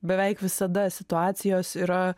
beveik visada situacijos yra